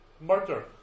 murder